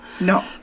no